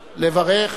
לברך.